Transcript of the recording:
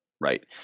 right